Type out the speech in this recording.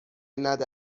نده